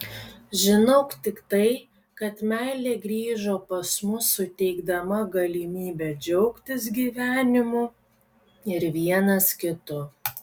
žinau tik tai kad meilė grįžo pas mus suteikdama galimybę džiaugtis gyvenimu ir vienas kitu